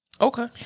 Okay